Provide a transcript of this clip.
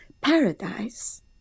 Paradise